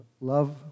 love